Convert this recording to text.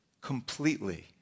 completely